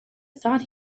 thought